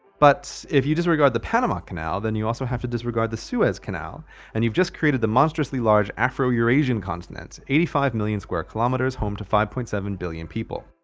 but. if you discard the panama canal then you also have to discard the suez canal and you've just created the monstrously large afro-eurasian continent eighty five million square kilometers home to five point seven billion people.